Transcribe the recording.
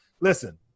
Listen